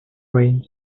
rains